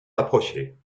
rapprochés